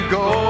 go